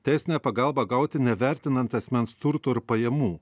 teisinę pagalbą gauti nevertinant asmens turto ir pajamų